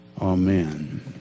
amen